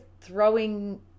throwing